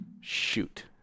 shoot